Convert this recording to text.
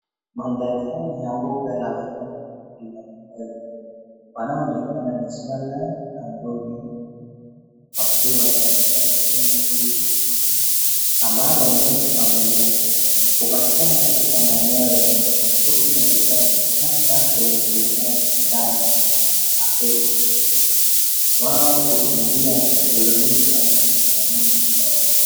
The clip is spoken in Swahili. Mandhari haya ya mbuga la wanyama liko wazi. Wanaoonekana ni swara na mbuni wakiwa katika sehemu hii ambao ni nusu familia. Hupatikana katika maeneo yenye nyasi fupi na vichaka hasa kwenye hifadhi kadhaa Afrika. Wao hukimbia kilomita themanini kwa saa.